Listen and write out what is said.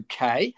UK